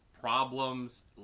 problems